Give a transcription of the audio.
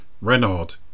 Renard